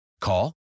Call